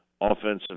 offensive